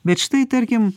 bet štai tarkim